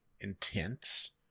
intense